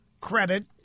credit